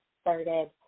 started